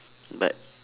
but